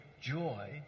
joy